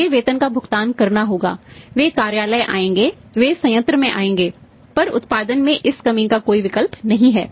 उनके वेतन का भुगतान करना होगा वे कार्यालय आएंगे वे संयंत्र में आएंगे पर उत्पादन में इस कमी का कोई विकल्प नहीं है